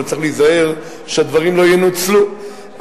אבל צריך להיזהר שהדברים לא ינוצלו,